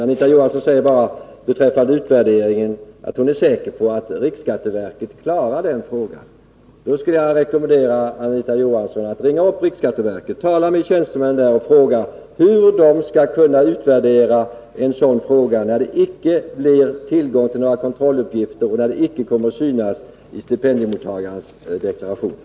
Beträffande utvärderingen säger Anita Johansson bara att hon är säker på att riksskatteverket klarar den frågan. Jag rekommenderar Anita Johansson att ringa upp riksskatteverket och tala om för tjänstemän där hur de skall göra en utvärdering utan tillgång till kontrolluppgifter på erhållna stipendier. Några uppgifter därom kommer ju inte heller att finnas i stipendiemottagarnas deklarationer.